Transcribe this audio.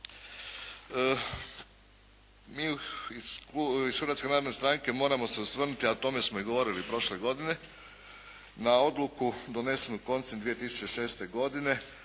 Mi iz Hrvatske narodne stranke moramo se osvrnuti, a o tome smo i govorili prošle godine na odluku donesenu koncem 2006. godine